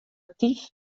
aktyf